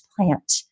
plant